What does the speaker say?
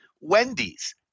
Wendy's